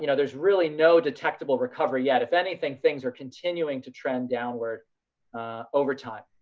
you know there's really no detectable recovery yet. if anything, things are continuing to trend downward over time.